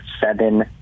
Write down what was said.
seven